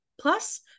Plus